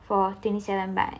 for twenty seven but